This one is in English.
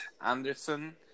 Anderson